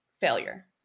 failure